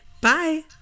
Bye